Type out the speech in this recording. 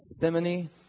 Gethsemane